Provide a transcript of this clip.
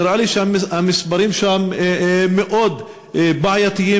נראה לי שהמספרים שם מאוד בעייתיים,